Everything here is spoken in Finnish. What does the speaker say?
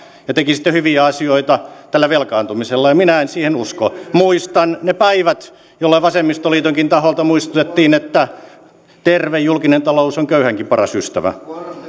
ja tekisitte hyviä asioita tällä velkaantumisella ja minä en siihen usko muistan ne päivät jolloin vasemmistoliitonkin taholta muistutettiin että terve julkinen talous on köyhänkin paras ystävä